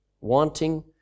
wanting